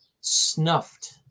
snuffed